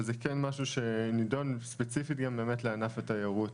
אבל זה כן משהו שנדון ספציפית גם לענף התיירות,